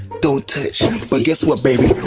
don't touch but guess what baby?